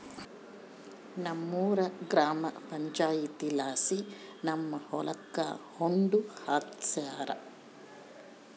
ನಮ್ಮೂರ ಗ್ರಾಮ ಪಂಚಾಯಿತಿಲಾಸಿ ನಮ್ಮ ಹೊಲಕ ಒಡ್ಡು ಹಾಕ್ಸ್ಯಾರ